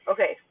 Okay